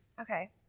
okay